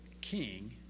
king